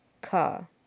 car